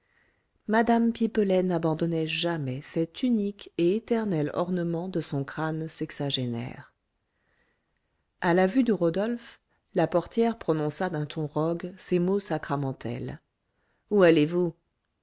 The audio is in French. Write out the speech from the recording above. mme pipelet n'abandonnait jamais cet unique et éternel ornement de son crâne sexagénaire à la vue de rodolphe la portière prononça d'un ton rogue ces mots sacramentels où allez-vous